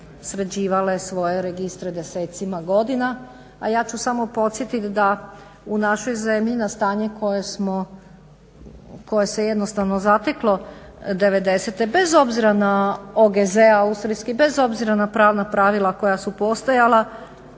sređivale svoje registre desecima godina, a ja ću samo podsjetiti da u našoj zemlji na stanje koje se jednostavno zateklo '90-e bez obzira na OGZ austrijski, bez obzira na pravna pravila koja su postojala